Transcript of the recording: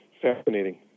Fascinating